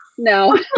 No